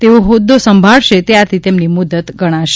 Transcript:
તેઓ હોદ્દો સંભાળશે ત્યારથી તેમની મુદ્દત ગણાશે